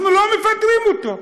אנחנו לא מפטרים אותו.